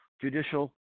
judicial